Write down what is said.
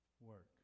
work